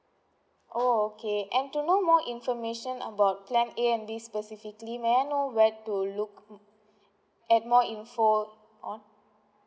orh okay and to know more information about plan A and B specifically may I know where to look at more info on